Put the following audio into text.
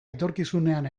etorkizunean